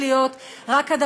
לך.